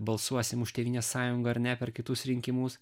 balsuosim už tėvynės sąjungą ar ne per kitus rinkimus